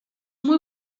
muy